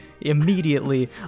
Immediately